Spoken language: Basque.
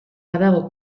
badago